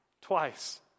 twice